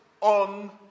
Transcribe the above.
on